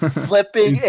flipping